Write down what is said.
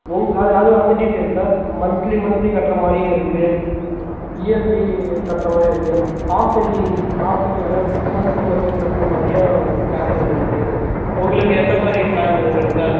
உங்கள் அது அது அந்த டீட்டெய்ல்ஸ் சார் மந்த்லி மந்த்லி கட்டுற மாதிரியும் இருக்குது இயர்லி கட்டுற மாதிரியும் இருக்குது ஹால்ஃப் இயர்லி ஹால்ஃப் இயர்லி அதாவது சிக்ஸ் மந்த்ஸ்க்கு ஒரு டைம் கட்டுற மாதிரியும் சான்சஸ் இருக்குது உங்களுக்கு எந்தமாதிரி ப்ளான்னு வேணும் சார்